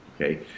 okay